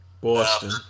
Boston